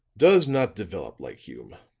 does not develop like hume.